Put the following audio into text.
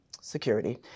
security